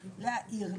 להעיר,